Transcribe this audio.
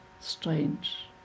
strange